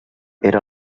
era